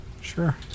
Sure